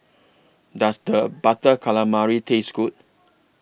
Does The Butter Calamari Taste Good